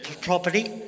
property